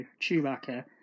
Chewbacca